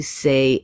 say